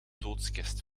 doodskist